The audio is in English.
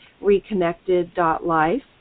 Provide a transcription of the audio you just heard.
reconnected.life